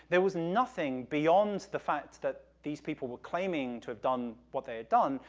there was nothing beyond the fact that these people were claiming to have done what they had done,